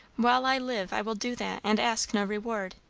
while i live i will do that, and ask no reward.